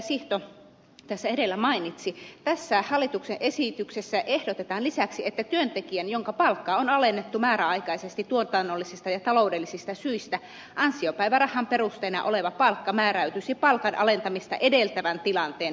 sihto tässä edellä mainitsi tässä hallituksen esityksessä ehdotetaan että työntekijän jonka palkka on alennettu määräaikaisesti tuotannollisista ja taloudellisista syistä ansiopäivärahan perusteena oleva palkka määräytyisi palkan alentamista edeltävän tilanteen mukaan